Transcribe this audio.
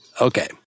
Okay